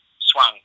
swung